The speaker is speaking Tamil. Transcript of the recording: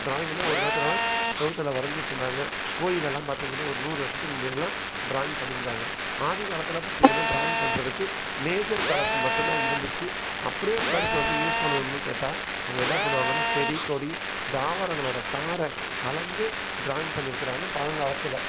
ட்ராயிங்குனால் ஒரு நேரத்துலெலாம் சுவுத்துல வரைஞ்சிட்ருந்தாங்க கோயிலில் எல்லாம் பார்த்தீங்கன்னா ஒரு நூறு வருஷத்துக்கு முன்னாடியெலாம் ட்ராயிங் பண்ணியிருந்தாங்க ஆதி காலத்தில் பார்த்தீங்கன்னா ட்ராயிங் பண்ணுறதுக்கு மேஜர் கலர்ஸ் மட்டும் தான் இருந்துச்சு அப்படியே கலர்ஸ் வந்து யூஸ் பண்ணணும்னு கேட்டால் அவங்க என்ன பண்ணுவாங்கனால் செடி கொடி தாவரங்களோடய சாறை கலந்து ட்ராயிங் பண்ணியிருக்குறாங்க பழங்காலத்தில்